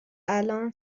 الان